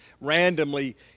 randomly